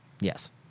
Yes